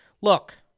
Look